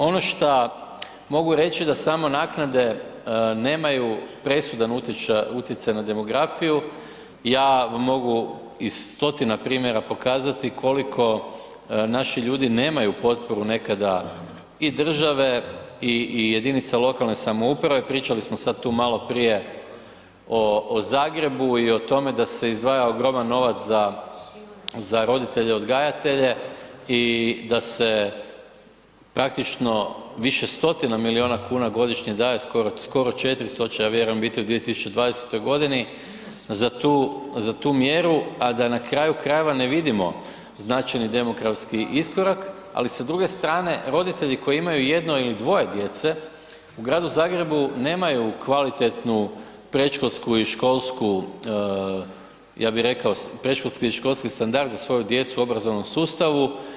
Ono šta mogu reći da samo naknade nemaju presudan utjecaj na demografiju, ja vam mogu iz 100-tina primjera prikazati koliko naši ljudi nemaju potporu nekada i države i jedinica lokalne samouprave, pričali smo sad tu malo prije o Zagrebu i o tome da se izdvaja ogroman novac za roditelje odgajatelje i da se praktično više 100-tina miliona kuna godišnje daje, skoro 400 će ja vjerujem će biti u 2020. godini za tu mjeru, a da na kraju krajeva ne vidimo značajni demografski iskorak, ali sa druge strane roditelji koji imaju jedno ili dvoje djece u Gradu Zagrebu nemaju kvalitetnu predškolsku i školsku ja bi rekao predškolski ili školski standard za svoju djecu u obrazovnom sustavu.